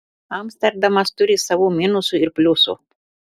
amsterdamas turi savų minusų ir pliusų